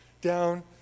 down